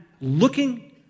looking